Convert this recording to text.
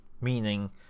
meaning